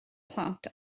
plant